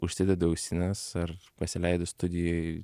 užsidedi ausines ar pasileidi studijoj